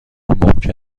ممکن